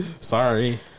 Sorry